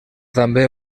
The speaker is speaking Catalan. també